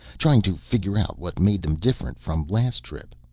trying to figure out what made them different from last trip.